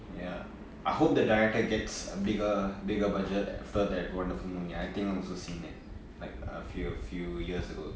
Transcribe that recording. ya I hope the director gets a bigger bigger budget after that wonderful movie I think also seen it like a few a few years ago